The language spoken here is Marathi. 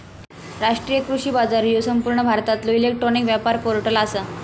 राष्ट्रीय कृषी बाजार ह्यो संपूर्ण भारतातलो इलेक्ट्रॉनिक व्यापार पोर्टल आसा